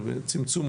של צמצום,